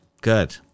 Good